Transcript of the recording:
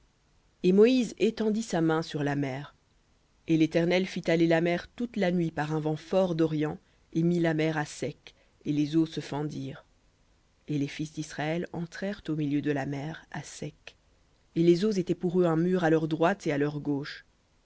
et moïse étendit sa main sur la mer et l'éternel fit aller la mer toute la nuit par un fort vent d'orient et mit la mer à sec et les eaux se fendirent et les fils d'israël entrèrent au milieu de la mer à sec et les eaux étaient pour eux un mur à leur droite et à leur gauche